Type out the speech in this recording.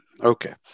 Okay